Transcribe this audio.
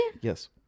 Yes